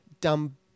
dumb